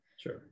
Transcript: sure